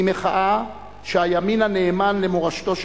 היא מחאה שהימין הנאמן למורשתו של